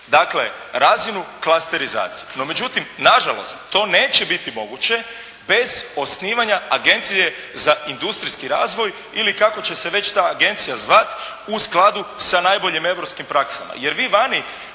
Dakle, razinu klasterizacije. No, međutim, na žalost to neće biti moguće bez osnivanja agencije za industrijski razvoj ili kako će se već ta agencija zvati u skladu sa najboljim europskim praksama.